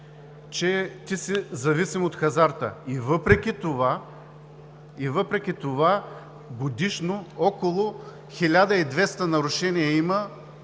че ти си зависим от хазарта. И въпреки това годишно има около 1200 нарушения на